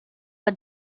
our